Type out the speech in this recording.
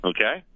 Okay